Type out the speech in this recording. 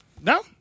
No